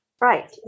Right